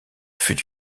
fut